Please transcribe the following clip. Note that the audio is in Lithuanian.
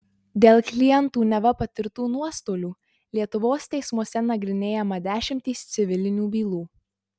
dėl klientų neva patirtų nuostolių lietuvos teismuose nagrinėjama dešimtys civilinių bylų